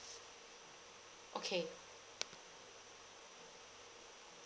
okay